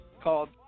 called